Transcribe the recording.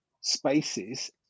spaces